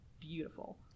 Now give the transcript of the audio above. beautiful